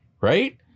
Right